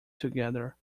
together